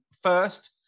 First